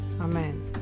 amen